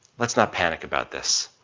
let's not panic about this.